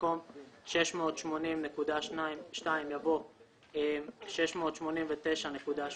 במקום "680.2" יבוא "689.18".